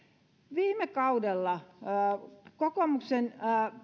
viime kaudella tänä vuonna kokoomuksen